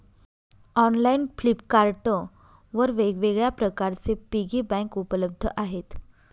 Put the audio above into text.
online Flipkart वर वेगवेगळ्या प्रकारचे पिगी बँक उपलब्ध आहेत